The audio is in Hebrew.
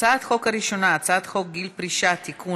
הצעת החוק הראשונה: הצעת חוק גיל פרישה (תיקון,